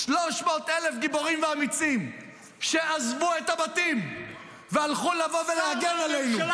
300,000 גיבורים ואמיצים שעזבו את הבתים והלכו להגן עלינו,